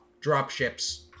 dropships